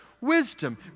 wisdom